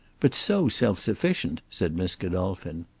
but so self-sufficient, said miss godolphin.